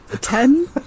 ten